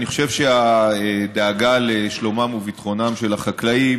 אני חושב שהדאגה לשלומם וביטחונם של החקלאים